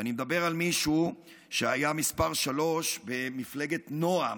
אני מדבר על מישהו שהיה מספר שלוש במפלגת נעם,